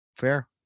fair